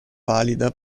valida